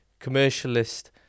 commercialist